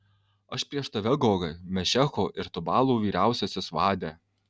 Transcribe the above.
aš prieš tave gogai mešecho ir tubalo vyriausiasis vade